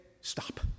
stop